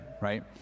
right